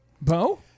Bo